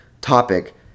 topic